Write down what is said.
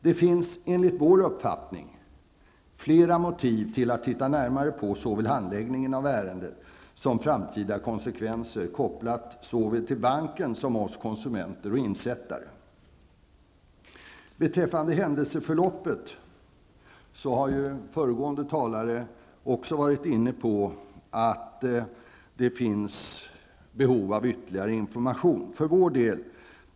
Det finns enligt vår uppfattning flera motiv till att titta närmare på såväl handläggningen av ärendet som framtida konsekvenser, kopplat till såväl banken som oss konsumenter och insättare. Beträffande händelseförloppet har föregående talare också varit inne på att det finns behov av ytterligare information.